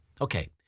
Okay